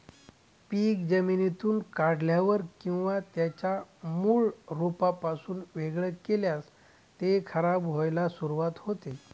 पीक जमिनीतून काढल्यावर किंवा त्याच्या मूळ रोपापासून वेगळे केल्यास ते खराब व्हायला सुरुवात होते